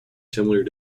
similar